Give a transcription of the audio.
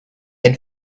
had